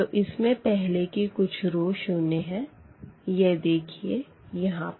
तो इसमें पहले की कुछ रो शून्य है ये देखिए यहाँ पर